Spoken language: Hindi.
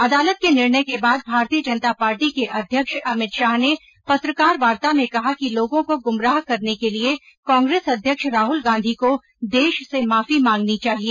अदालत के निर्णय के बाद भारतीय जनता पार्टी के अध्यक्ष अमित शाह ने पत्रकार वार्ता में कहा कि लोगों को गुमराह करने के लिए कांग्रेस अध्यक्ष राहुल गांधी को देश से माफी मांगनी चाहिए